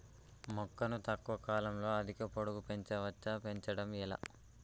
మొక్కను తక్కువ కాలంలో అధిక పొడుగు పెంచవచ్చా పెంచడం ఎలా?